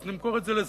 אז נמכור את זה לזה.